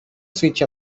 switch